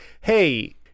hey